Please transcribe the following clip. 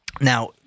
Now